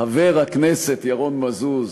חבר הכנסת ירון מזוז,